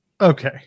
okay